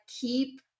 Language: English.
keep